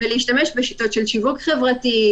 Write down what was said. ולהשתמש בשיטות של שיווק חברתי.